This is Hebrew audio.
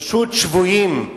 פשוט שבויים,